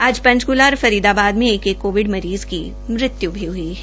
आज पंचकूला और फरीदाबाद में एक एक कोविड मरीज की मृत्यु हुई है